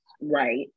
right